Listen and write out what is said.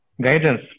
Guidance